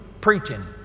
preaching